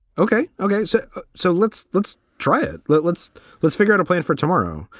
ok, ok. so so let's let's try it. let's let's let's figure out a plan for tomorrow.